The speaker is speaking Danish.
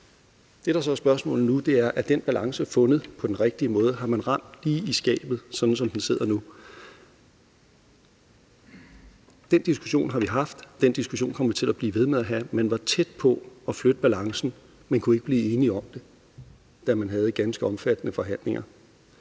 Det, der så er spørgsmålet nu, er, om den balance er fundet på den rigtige måde. Har man ramt lige i skabet, sådan som den sidder nu? Den diskussion har vi haft, og den diskussion kommer vi til at blive ved med at have. Man var tæt på at flytte balancen, men kunne ikke blive enige om det, da man havde ganske omfattende forhandlinger.